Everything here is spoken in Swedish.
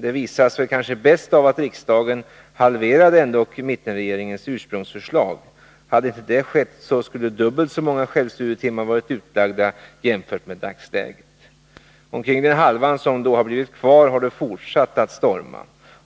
Detta visas väl kanske bäst av att riksdagen halverade mittenregeringens ursprungsförslag. Hade inte det skett, skulle dubbelt så många självstudietimmar ha varit utlagda jämfört med dagsläget. Omkring den halva som då blivit kvar har det fortsatt att storma.